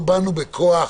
לא באנו בכוח.